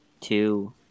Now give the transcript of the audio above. two